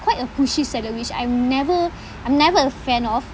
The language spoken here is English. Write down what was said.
quite a pushy seller-ish I'm never I'm never a fan of